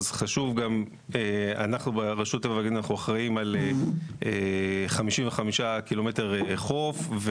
אז אנחנו ברשות הטבע והגנים אחראיים על 55 קילומטר חוף,